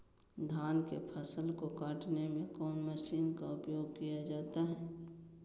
धान के फसल को कटने में कौन माशिन का उपयोग किया जाता है?